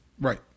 Right